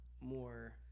more